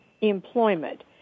employment